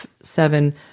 seven